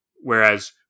Whereas